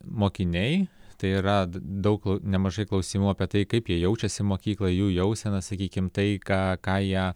mokiniai tai yra daug nemažai klausimų apie tai kaip jie jaučiasi mokykloje jų jausena sakykim tai ką ką jie